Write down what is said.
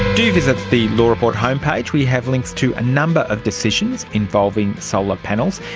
do visit the law report homepage, we have links to a number of decisions involving solar panels,